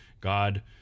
God